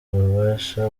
ububasha